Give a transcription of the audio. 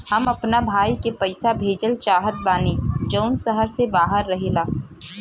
हम अपना भाई के पइसा भेजल चाहत बानी जउन शहर से बाहर रहेला